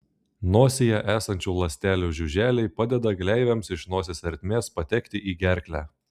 nosyje esančių ląstelių žiuželiai padeda gleivėms iš nosies ertmės patekti į gerklę